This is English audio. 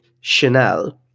Chanel